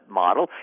model